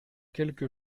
quelque